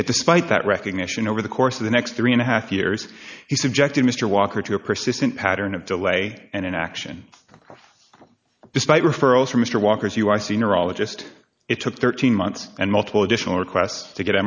it despite that recognition over the course of the next three and a half years he subjected mr walker to a persistent pattern of delay and inaction despite referrals from mr walker's u i c neurologist it took thirteen months and multiple additional requests to get